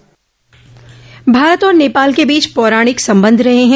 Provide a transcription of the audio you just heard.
भारत और नेपाल के बीच पौराणिक संबंध रहे है